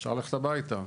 אפשר ללכת הביתה.